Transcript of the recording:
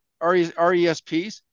RESPs